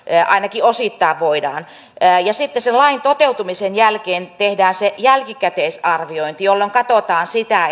ainakin osittain voidaan sitten sen lain toteutumisen jälkeen tehdään se jälkikäteisarviointi jolloin katsotaan sitä